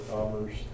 Commerce